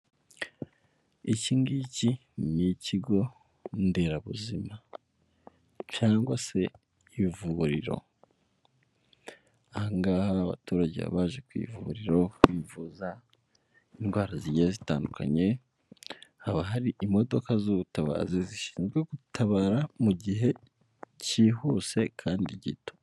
Iki ngiki ni ikigo nderabuzima cyangwa se ivuburiro. Aha ngaha abaturage baje ku ivuriro kwivuza indwara zigiye zitandukanye, haba hari imodoka z'ubutabazi zishinzwe gutabara mu gihe cyihuse kandi gito.